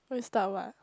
why you start what